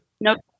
Nope